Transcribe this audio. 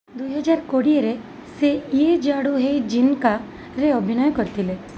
ଦୁଇ ହଜାର କୋଡ଼ିଏରେ ସେ ୟେ ଜାଡୁ ହୈ ଜିନ୍ କାରେ ଅଭିନୟ କରିଥିଲେ